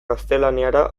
gaztelaniara